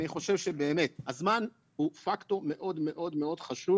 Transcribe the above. אני חושב שבאמת הזמן הוא פקטור מאוד מאוד חשוב.